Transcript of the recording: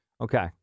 Okay